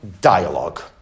dialogue